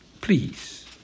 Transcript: please